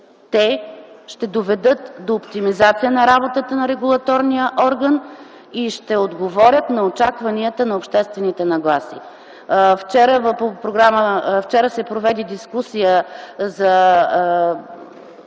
те ще доведат до оптимизация на работата на регулаторния орган и ще отговорят на очакванията на обществените нагласи. Вчера се проведе дискусия за